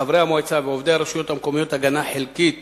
חברי המועצה ועובדי הרשויות המקומיות הגנה חלקית